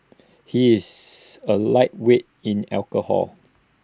he is A lightweight in alcohol